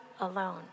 alone